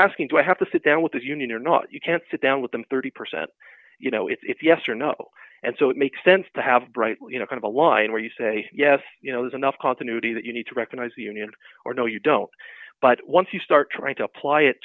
asking do i have to sit down with the union or not you can't sit down with them thirty percent you know if yes or no and so it makes sense to have bright you know going to line where you say yes you know there's enough continuity that you need to recognize the union or no you don't but once you start trying to apply it